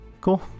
Cool